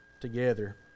together